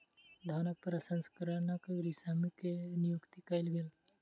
धानक प्रसंस्करणक श्रमिक के नियुक्ति कयल गेल